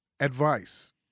Advice